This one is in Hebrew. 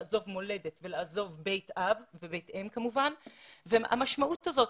לעזוב מולדת ולעזוב בית אב ובית אם ואת המשמעות הזאת.